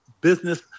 business